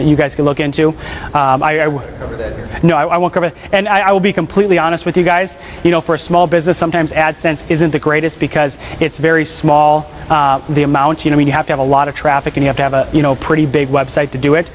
that you've got to look into you know i want and i would be completely honest with you guys you know for a small business sometimes ad sense isn't the greatest because it's very small the amount you know you have to have a lot of traffic and have to have a pretty big web site to do it